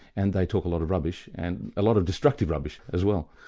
and they talk a lot of rubbish, and a lot of destructive rubbish as well.